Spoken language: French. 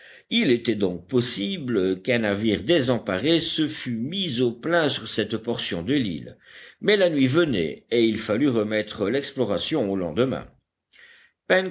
il était donc possible qu'un navire désemparé se fût mis au plein sur cette portion de l'île mais la nuit venait et il fallut remettre l'exploration au lendemain